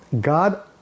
God